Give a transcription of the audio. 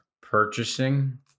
purchasing